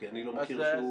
כי אני לא מכיר שהוא